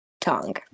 tongue